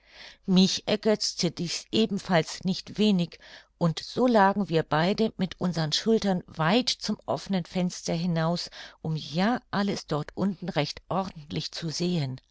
mich ergötzte dies ebenfalls nicht wenig und so lagen wir beide mit unsern schultern weit zum offenen fenster hinaus um ja alles dort unten recht ordentlich zu sehen